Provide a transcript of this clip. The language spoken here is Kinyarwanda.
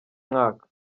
mwaka